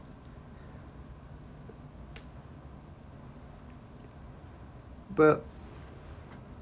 but